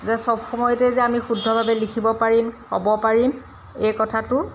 যে চব সময়তেই যে আমি শুদ্ধভাৱে লিখিব পাৰিম ক'ব পাৰিম এই কথাটো